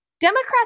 Democrats